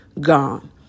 gone